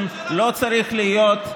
לא יודע.